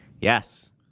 Yes